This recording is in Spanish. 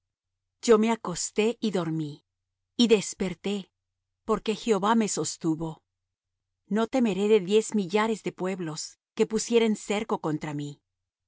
yo me acosté y dormí y desperté porque jehová me sostuvo no temeré de diez millares de pueblos que pusieren cerco contra mí